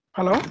Hello